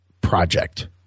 project